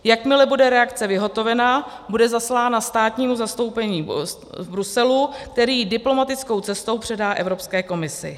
Jakmile bude reakce vyhotovena, bude zaslána státnímu zastoupení v Bruselu, které ji diplomatickou cestou předá Evropské komisi.